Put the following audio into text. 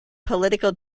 political